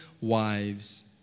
wives